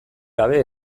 gabe